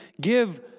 give